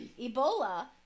Ebola